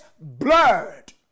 blurred